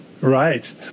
Right